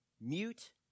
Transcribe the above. mute